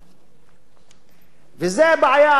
זאת בעיה במתמטיקה, בהרבה תחומים,